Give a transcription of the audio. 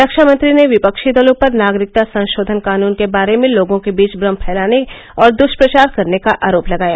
रक्षा मंत्री ने विपक्षी दलों पर नागरिकता संशोधन कानून के बारे में लोगों के बीच भ्रम फैलाने और दुष्पचार करने का आरोप लगाया